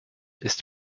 ist